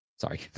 sorry